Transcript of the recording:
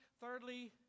Thirdly